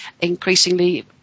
increasingly